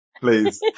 Please